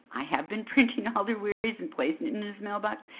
i have been printing alder wery's and placing it in his mailbox.